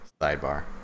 Sidebar